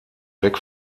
weg